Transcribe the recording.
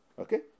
okay